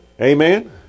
amen